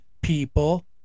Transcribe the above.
people